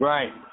Right